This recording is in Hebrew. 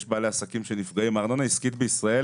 זה לא סוד שהארנונה העסקית בישראל